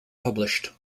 published